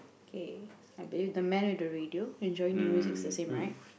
kay I bet you the man with the radio enjoying the music is the same right